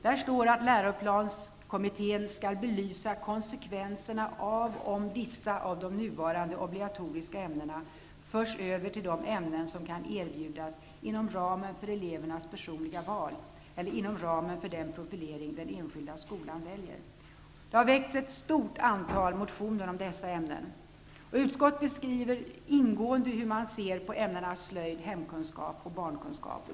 Där står att läroplanskommittén skall belysa konsekvenserna av om vissa av de nuvarande obligatoriska ämnena förs över till de ämnen som kan erbjudas inom ramen för elevernas personliga val eller inom ramen för den profilering den enskilda skolan väljer. Ett stort antal motioner har väckts om dessa ämnen. Utskottet beskriver ingående hur man ser på ämnena slöjd, hemkunskap och barnkunskap.